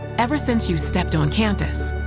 ever since you stepped on campus.